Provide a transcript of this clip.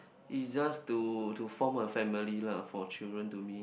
is just to to form a family lah for children to me